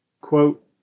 quote